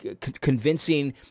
convincing